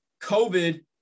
COVID